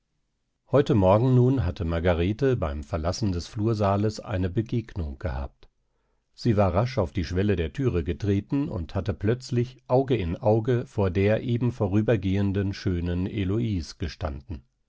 heute morgen nun hatte margarete beim verlassen des flursaales eine begegnung gehabt sie war rasch auf die schwelle der thüre getreten und hatte plötzlich auge in auge vor der eben vorübergehenden schönen heloise gestanden